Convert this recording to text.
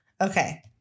Okay